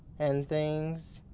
and things.